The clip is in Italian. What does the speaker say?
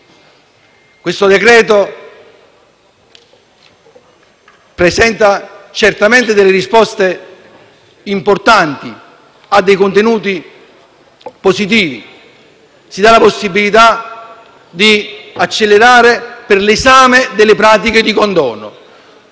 nostro esame presenta certamente delle risposte importanti e ha dei contenuti positivi. Si dà la possibilità di accelerare l’esame delle pratiche di condono